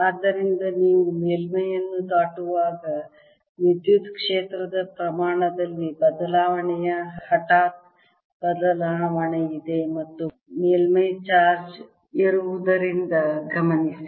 ಆದ್ದರಿಂದ ನೀವು ಮೇಲ್ಮೈಯನ್ನು ದಾಟುವಾಗ ವಿದ್ಯುತ್ ಕ್ಷೇತ್ರದ ಪ್ರಮಾಣದಲ್ಲಿ ಬದಲಾವಣೆಯ ಹಠಾತ್ ಬದಲಾವಣೆಯಿದೆ ಮತ್ತು ಮೇಲ್ಮೈ ಚಾರ್ಜ್ ಇರುವುದರಿಂದ ಗಮನಿಸಿ